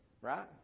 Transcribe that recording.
Right